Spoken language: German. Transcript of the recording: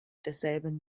desselben